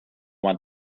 want